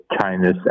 China's